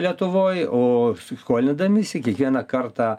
lietuvoj o skolidamiesi kiekvieną kartą